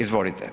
Izvolite.